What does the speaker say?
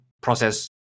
process